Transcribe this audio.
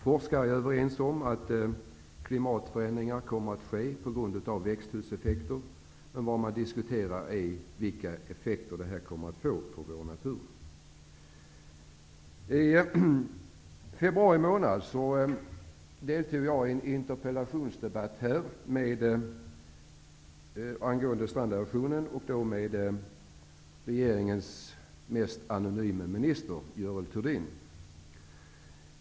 Forskare är överens om att klimatförändringar kommer att ske på grund av växthuseffekter, men vad man diskuterar är vilka effekter det här kommer att få på vår natur. I februari månad deltog jag i en interpellationsdebatt angående stranderosionen med regeringens mest anonyma minister, Görel Thurdin.